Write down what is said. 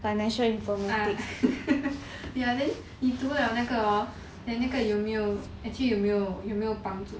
financial informatics ya then you do 了那个 then 那个有没有 actually 有没有有没有帮助